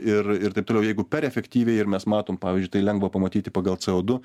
ir ir taip toliau jeigu per efektyviai ir mes matom pavyzdžiui tai lengva pamatyti pagal co du